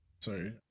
Sorry